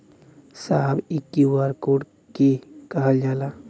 साहब इ QR code के के कहल जाला?